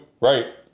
right